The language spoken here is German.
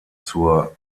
zur